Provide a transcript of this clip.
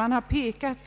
Det har